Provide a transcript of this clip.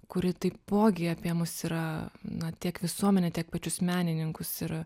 kuri taipogi apie mus yra na tiek visuomenę tiek pačius menininkus ir